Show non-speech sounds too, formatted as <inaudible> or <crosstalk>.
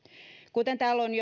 kuten täällä on <unintelligible>